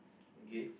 okay